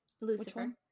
Lucifer